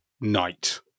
night